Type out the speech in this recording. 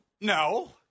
No